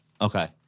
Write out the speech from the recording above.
Okay